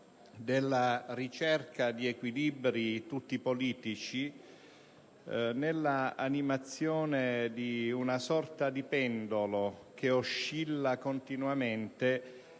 della ricerca di equilibri tutti politici nell'animazione di una sorta di pendolo che oscilla continuamente